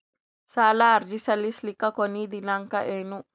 ಸಾಲ ಅರ್ಜಿ ಸಲ್ಲಿಸಲಿಕ ಕೊನಿ ದಿನಾಂಕ ಏನು?